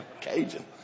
Cajun